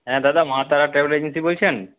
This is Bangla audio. হ্যাঁ দাদা মা তারা ট্রাভেল এজেন্সি বলছেন